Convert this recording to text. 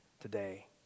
today